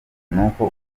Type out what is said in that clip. nuko